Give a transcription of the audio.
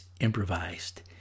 improvised